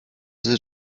his